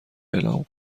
اعلام